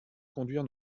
conduire